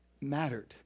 mattered